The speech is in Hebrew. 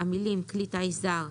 המילים ""כלי טיס זר",